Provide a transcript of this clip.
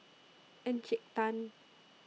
Encik Tan